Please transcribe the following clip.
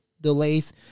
delays